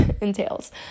entails